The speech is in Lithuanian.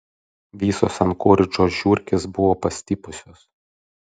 visos ankoridžo žiurkės buvo pastipusios